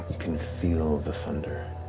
you can feel the thunder,